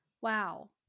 Wow